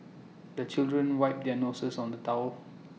the children wipe their noses on the towel